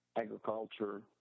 agriculture